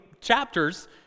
chapters